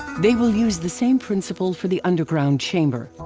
they will use the same principle for the underground chamber.